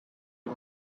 you